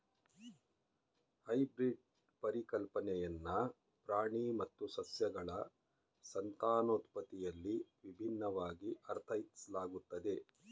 hybrid ಪರಿಕಲ್ಪನೆಯನ್ನ ಪ್ರಾಣಿ ಮತ್ತು ಸಸ್ಯಗಳ ಸಂತಾನೋತ್ಪತ್ತಿಯಲ್ಲಿ ವಿಭಿನ್ನವಾಗಿ ಅರ್ಥೈಸಲಾಗುತ್ತೆ